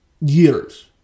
years